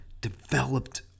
developed